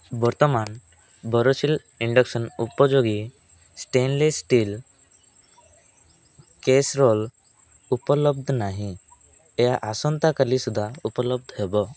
ବର୍ତ୍ତମାନ ବୋରୋସିଲ ଇଣ୍ଡକ୍ସନ୍ ଉପଯୋଗୀ stainless steel casserole ଉପଲବ୍ଧ ନାହିଁ ଏହା ଆସନ୍ତା କାଲି ସୁଦ୍ଧା ଉପଲବ୍ଧ ହେବ